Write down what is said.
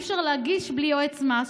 אי-אפשר להגיש בלי יועץ מס,